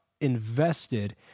invested